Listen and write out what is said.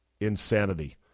insanity